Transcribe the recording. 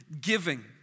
giving